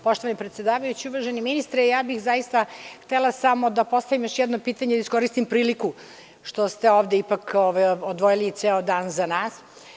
Poštovani predsedavajući, uvaženi ministre zaista bih htela samo da postavim još jedno pitanje i da iskoristim priliku što ste ovde ipak odvojili ceo dan za nas.